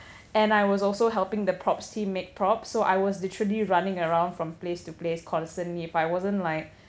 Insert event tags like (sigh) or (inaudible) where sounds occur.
(breath) and I was also helping the props team make props so I was literally running around from place to place constantly if I wasn't like